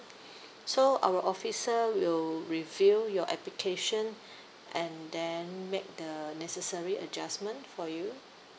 so our officer will review your application and then make the necessary adjustment for you